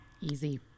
Easy